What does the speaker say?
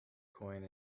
coin